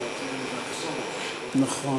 נכון,